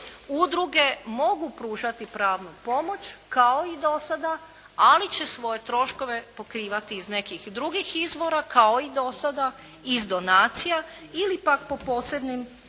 udruge mogu pružati pravnu pomoć kao i do sada, ali će svoje troškove pokrivati iz nekih drugih izvora kao i do sada iz donacija ili pak po posebnim zakonima